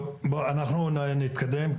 אנחנו צריכים להתקדם.